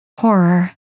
horror